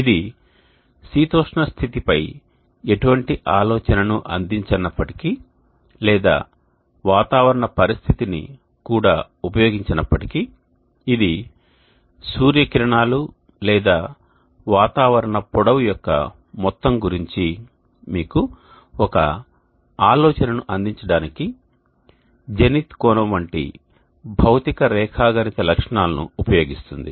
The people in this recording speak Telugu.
ఇది శీతోష్ణస్థితిపై ఎటువంటి ఆలోచనను అందించనప్పటికీ లేదా వాతావరణ పరిస్థితిని కూడా ఉపయోగించనప్పటికీ ఇది సూర్యకిరణాలు లేదా వాతావరణ పొడవు యొక్క మొత్తం గురించి మీకు ఒక ఆలోచనను అందించడానికి జెనిత్ కోణం వంటి భౌతిక రేఖాగణిత లక్షణాలను ఉపయోగిస్తుంది